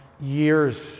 years